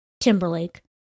Timberlake